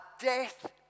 death